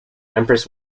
empress